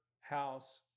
House